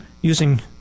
using